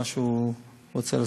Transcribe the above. מה שהוא רוצה לעשות.